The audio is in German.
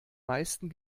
meisten